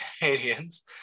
Canadians